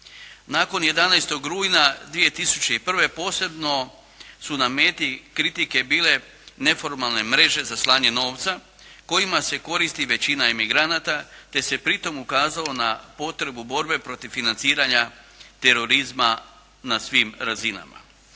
Nakon 11. rujna 2001. posebno su na meti kritike bile neformalne mreže za slanje novca kojima se koristi većina emigranata te se pritom ukazalo na potrebu borbe protiv financiranja terorizma na svim razinama.